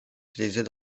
utilisés